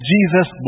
Jesus